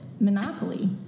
monopoly